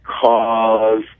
cause